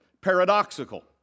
paradoxical